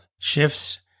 shifts